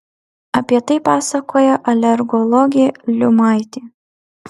apie tai pasakoja alergologė liumaitė